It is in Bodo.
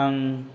आं